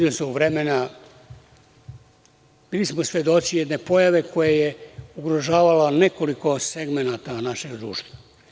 Pre izvesnog vremena bili smo svedoci jedne pojave koja je ugrožavala nekoliko segmenata našeg društva.